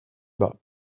bas